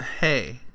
Hey